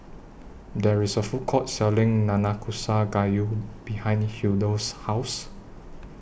There IS A Food Court Selling Nanakusa Gayu behind Hildur's House